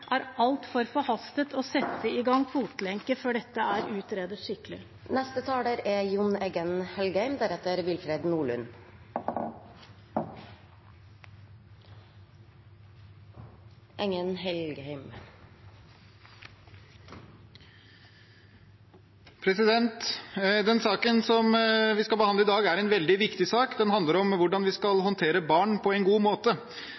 er forhastet å sette i gang med bruk av fotlenke før dette er skikkelig utredet. Den saken vi behandler i dag, er en veldig viktig sak. Den handler om hvordan vi skal håndtere barn på en god måte,